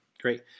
great